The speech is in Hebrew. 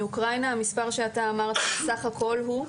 מאוקראינה המספר שאתה אמרת, סך הכול הוא?